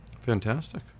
Fantastic